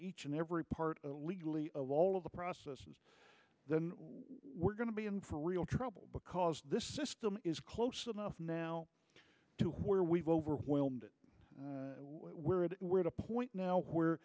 each and every part legally of all of the processes then we're going to be in for real trouble because this system is close enough now to where we were overwhelmed we're at a point now where